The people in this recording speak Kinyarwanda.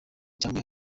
cyangwa